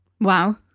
Wow